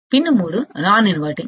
pin 3 non inverting